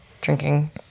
drinking